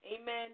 amen